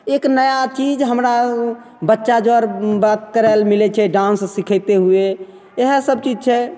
एक नया चीज हमरा ओ बच्चा जर बात करैले मिलै छै डान्स सिखैते हुए इएहसब चीज छै